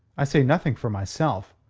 i say nothing for myself.